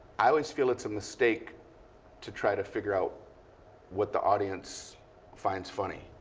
i always feel it's a mistake to try to figure out what the audience finds funny.